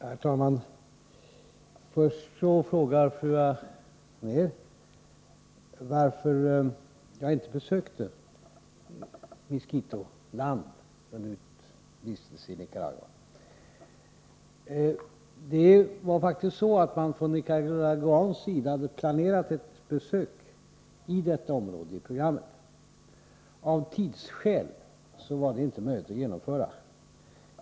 Herr talman! Först frågar fru Anér varför jag inte besökte miskitoland under min vistelse i Nicaragua. Från nicaraguansk sida hade man i programmet faktiskt planerat ett besök i detta område. Av tidsskäl var det inte möjligt att genomföra.